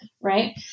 right